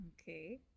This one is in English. Okay